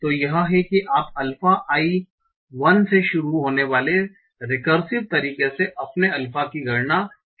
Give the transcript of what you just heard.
तो यह है कि आप अल्फा i 1 से शुरू होने वाले रिकर्सिव तरीके से अपने अल्फा की गणना कैसे कर सकते हैं